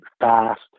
fast